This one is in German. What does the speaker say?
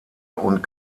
und